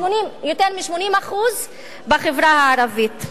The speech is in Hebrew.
יותר מ-80% בחברה הערבית.